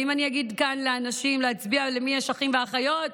ואם אני אגיד כאן לאנשים להצביע למי יש אחים ואחיות,